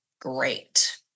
great